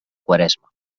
quaresma